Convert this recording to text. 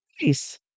Nice